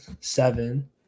seven